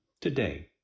today